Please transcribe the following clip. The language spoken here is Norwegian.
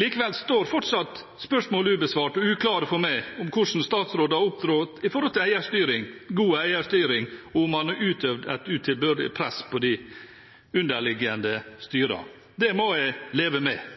Likevel står fortsatt spørsmål ubesvart og uklare for meg, om hvordan statsråden har opptrådt med hensyn til eierstyring, god eierstyring, og om han har utøvd et utilbørlig press på de underliggende styrer. Det må jeg leve med.